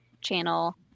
channel